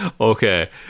Okay